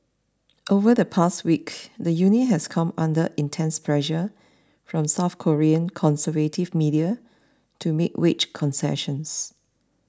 over the past week the union has come under intense pressure from South Korean conservative media to make wage concessions